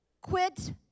quit